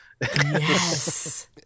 Yes